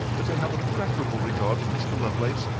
that i have a preferable regard for mr. lovelace,